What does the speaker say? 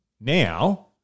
Now